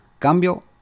cambio